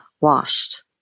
washed